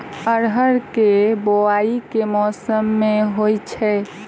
अरहर केँ बोवायी केँ मौसम मे होइ छैय?